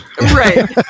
right